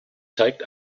zeigt